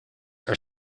are